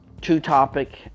two-topic